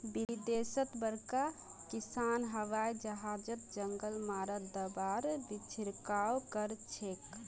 विदेशत बड़का किसान हवाई जहाजओत जंगल मारा दाबार छिड़काव करछेक